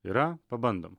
yra pabandom